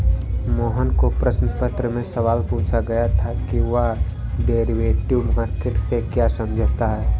मोहन को प्रश्न पत्र में सवाल पूछा गया था कि वह डेरिवेटिव मार्केट से क्या समझता है?